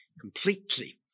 completely